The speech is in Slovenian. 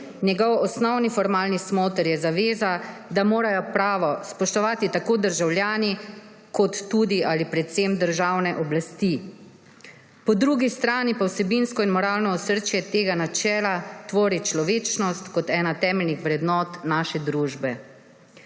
Njegov osnovni formalni smoter je zaveza, da morajo pravo spoštovati tako državljani kot tudi ali predvsem državne oblasti. Po drugi strani pa vsebinsko in moralno osrčje tega načela tvori človečnost kot eno temeljnih vrednot naše družbe.